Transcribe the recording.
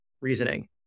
reasoning